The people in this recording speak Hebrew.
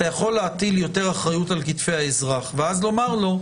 אתה יכול להטיל יותר אחריות על כתפי האזרח ואז לומר לו: